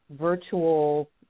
virtual